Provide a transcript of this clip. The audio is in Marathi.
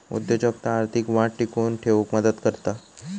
उद्योजकता आर्थिक वाढ टिकवून ठेउक मदत करता